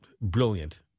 brilliant